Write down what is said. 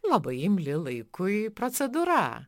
labai imli laikui procedūra